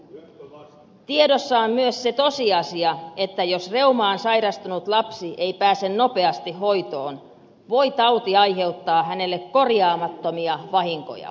tiedossa on myös se tosiasia että jos reumaan sairastunut lapsi ei pääse nopeasti hoitoon voi tauti aiheuttaa hänelle korjaamattomia vahinkoja